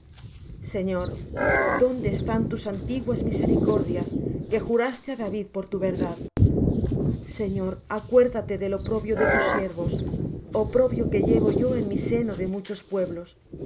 señor dónde están tus antiguas misericordias que juraste á david por tu verdad señor acuérdate del oprobio de tus siervos oprobio que llevo yo en mi seno de muchos pueblos